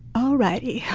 all righty.